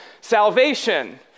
salvation